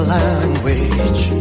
language